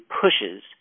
pushes